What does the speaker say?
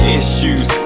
issues